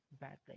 badly